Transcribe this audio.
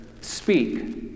speak